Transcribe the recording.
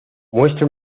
muestra